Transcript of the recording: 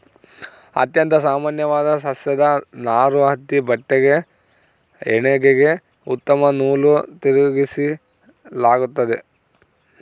ಅತ್ಯಂತ ಸಾಮಾನ್ಯವಾದ ಸಸ್ಯದ ನಾರು ಹತ್ತಿ ಬಟ್ಟೆಗೆ ಹೆಣಿಗೆಗೆ ಉತ್ತಮ ನೂಲು ತಿರುಗಿಸಲಾಗ್ತತೆ